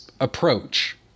approach